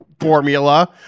formula